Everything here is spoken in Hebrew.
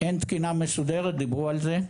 אין תקינה מסודרת דיברו על זה.